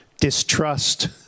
distrust